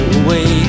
away